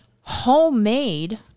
homemade